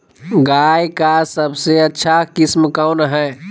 गाय का सबसे अच्छा किस्म कौन हैं?